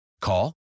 Call